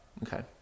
Okay